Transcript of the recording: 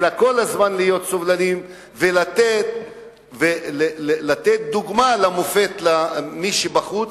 אלא כל הזמן להיות סובלניים ולתת דוגמה ומופת למי שבחוץ,